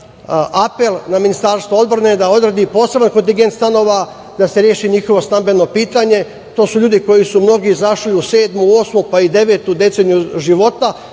Apel na Ministarstvo odbrane da odradi poseban kontingent stanova i da se reši njihovo stambeno pitanje. To su ljudi koji su zašli u sedmu, osmu, pa i devetu deceniju života,